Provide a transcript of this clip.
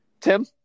Tim